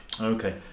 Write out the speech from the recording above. Okay